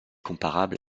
comparable